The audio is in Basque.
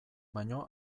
baino